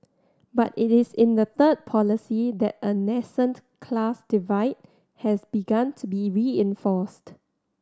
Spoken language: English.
but it is in the third policy that a nascent class divide has begun to be reinforced